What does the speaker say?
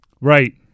Right